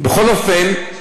בכל אופן,